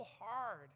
hard